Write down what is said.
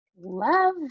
Love